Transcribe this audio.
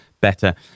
better